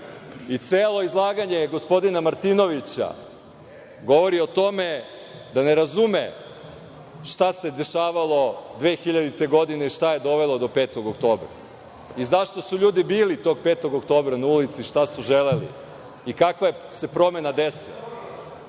izlaganje gospodina Martinovića govori o tome da ne razume šta se dešavalo 2000. godine, šta je dovelo do 5. oktobra, zašto su ljudi bili tog 5. oktobra, šta su želeli i kakva se promena desila.